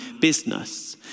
business